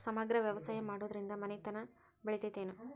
ಸಮಗ್ರ ವ್ಯವಸಾಯ ಮಾಡುದ್ರಿಂದ ಮನಿತನ ಬೇಳಿತೈತೇನು?